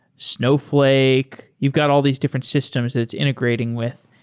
snowflake. you've got all these different systems that it's integrating with.